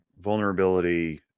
Vulnerability